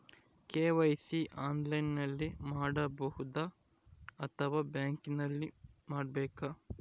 KYC ಆನ್ಲೈನಲ್ಲಿ ಮಾಡಬಹುದಾ ಅಥವಾ ಬ್ಯಾಂಕಿನಲ್ಲಿ ಮಾಡ್ಬೇಕಾ?